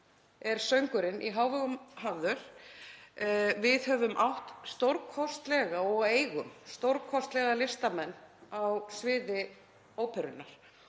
er söngurinn í hávegum hafður. Við höfum átt og eigum stórkostlega listamenn á sviði óperunnar.